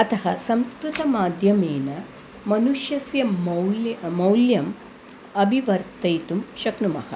अतः संस्कृतमाध्यमेन मनुषस्य मौल्यं मौल्यम् अभिवर्धयितुं शक्नुमः